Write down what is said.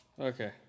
Okay